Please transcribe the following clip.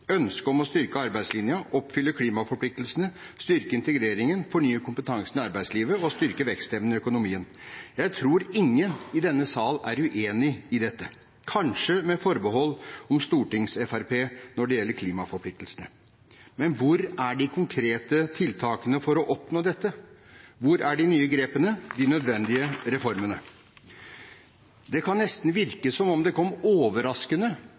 om å styrke arbeidslinjen, oppfylle klimaforpliktelsene, styrke integreringen, fornye kompetansen i arbeidslivet og styrke vekstevnen i økonomien. Jeg tror ingen i denne sal er uenig i dette, kanskje med forbehold om Stortings-FrP når det gjelder klimaforpliktelsene. Men hvor er de konkrete tiltakene for å oppnå dette? Hvor er de nye grepene, de nødvendige reformene? Det kan nesten virke som om det kom overraskende